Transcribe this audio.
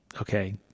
okay